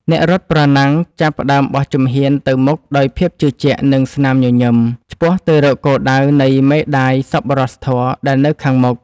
អ្នករត់ប្រណាំងចាប់ផ្ដើមបោះជំហានទៅមុខដោយភាពជឿជាក់ និងស្នាមញញឹម ឆ្ពោះទៅរកគោលដៅនៃមេដាយសប្បុរសធម៌ដែលនៅខាងមុខ។